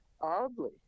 Oddly